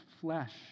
flesh